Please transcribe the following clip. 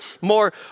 more